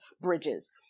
bridges